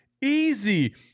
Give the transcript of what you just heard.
easy